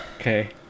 Okay